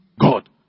God